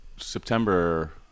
september